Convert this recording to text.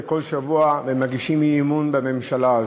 כל שבוע ומגישים אי-אמון בממשלה הזאת.